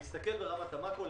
להסתכל ברמת המקרו,